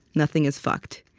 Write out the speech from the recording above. nothing is fucked.